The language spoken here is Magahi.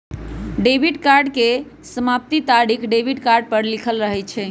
डेबिट कार्ड के समाप्ति तारिख डेबिट कार्ड पर लिखल रहइ छै